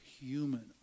human